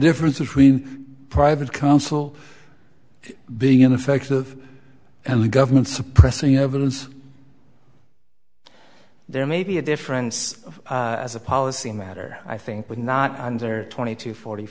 difference between private counsel being ineffectual and the government suppressing you know there may be a difference as a policy matter i think would not under twenty to forty